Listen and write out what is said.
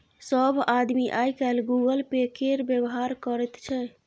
सभ आदमी आय काल्हि गूगल पे केर व्यवहार करैत छै